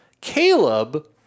Caleb